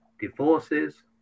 divorces